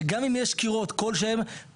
פה קודם.